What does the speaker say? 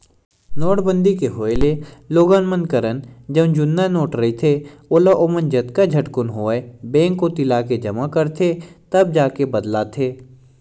नोटबंदी के होय ले लोगन मन करन जउन जुन्ना नोट रहिथे ओला ओमन जतका झटकुन होवय बेंक कोती लाके जमा करथे तब जाके बदलाथे